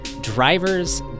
Drivers